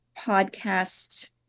podcast